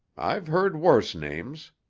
i've heard worse names.